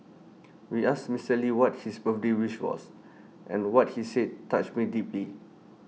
we asked Mister lee what his birthday wish was and what he said touched me deeply